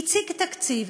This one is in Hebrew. הציג תקציב,